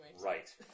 Right